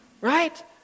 Right